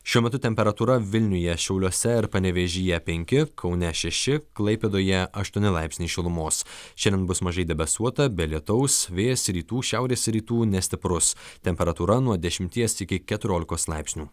šiuo metu temperatūra vilniuje šiauliuose ir panevėžyje penki kaune šeši klaipėdoje aštuoni laipsniai šilumos šiandien bus mažai debesuota be lietaus vėjas rytų šiaurės rytų nestiprus temperatūra nuo dešimties iki keturiolikos laipsnių